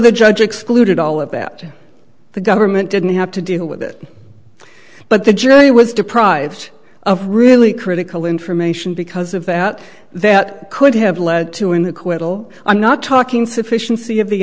the judge excluded all of that the government didn't have to deal with it but the jury was deprived of really critical information because of that that could have led to in the quibble i'm not talking to